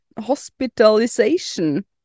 hospitalization